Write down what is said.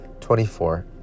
24